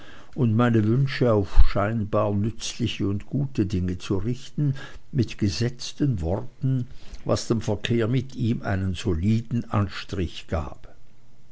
und meine wünsche auf scheinbar nützliche und gute dinge zu richten mit gesetzten worten was dem verkehr mit ihm einen soliden anstrich gab